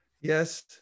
Yes